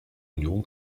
union